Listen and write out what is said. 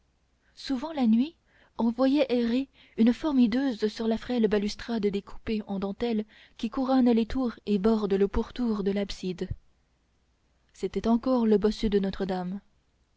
souvent la nuit on voyait errer une forme hideuse sur la frêle balustrade découpée en dentelle qui couronne les tours et borde le pourtour de l'abside c'était encore le bossu de notre-dame